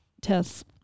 tests